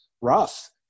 rough